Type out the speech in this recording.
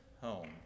home